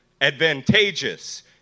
advantageous